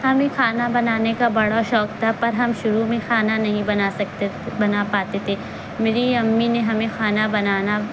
ہمیں کھانا بنانے کا بڑا شوق تھا پر ہم شروع میں کھانا نہیں بنا سکتے بنا پاتے تھے میری امی نے ہمیں کھانا بنانا